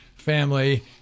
family